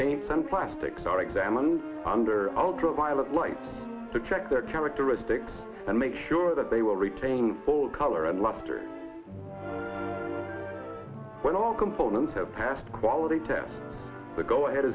pain some plastics are examined under ultraviolet light to check their characteristics and make sure that they will retain full color and luster when all components have passed quality test the go ahead